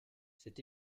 cet